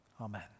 amen